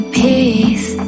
peace